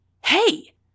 Hey